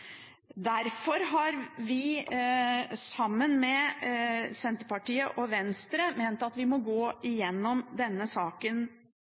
Derfor har vi – sammen med Senterpartiet og Venstre – ment at vi må gå gjennom denne saken